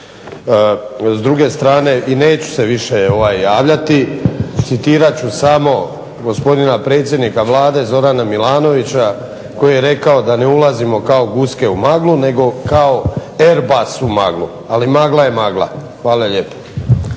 S druge strane, i neću se više javljati, citirat ću samo gospodina predsjednika Vlade Zorana Milanovića koji je rekao da ne ulazimo kao guske u maglu nego kao airbus u maglu, ali magla je magla. Hvala lijepo.